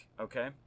okay